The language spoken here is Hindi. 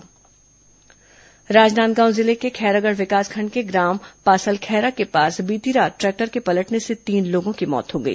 दुर्घटना राजनांदगांव जिले के खैरागढ़ विकासखंड के ग्राम पासलखैरा के पास बीती रात ट्रैक्टर के पलटने से तीन लोगों की मौत हो गई